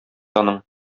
аның